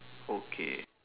okay